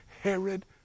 Herod